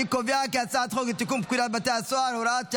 אני קובע כי הצעת חוק לתיקון פקודת בתי הסוהר (הוראת שעה),